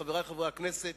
חברי חברי הכנסת